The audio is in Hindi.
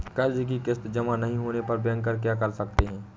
कर्ज कि किश्त जमा नहीं होने पर बैंकर क्या कर सकते हैं?